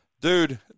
dude